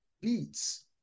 beats